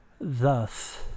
Thus